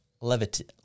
Levity